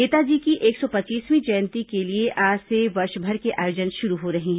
नेताजी की एक सौ पच्चीसवीं जयंती के लिए आज से वर्षभर के आयोजन शुरू हो रहे हैं